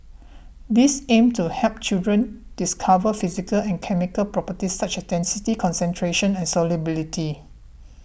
these aim to help children discover physical and chemical properties such as density concentration and solubility